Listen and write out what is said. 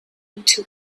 into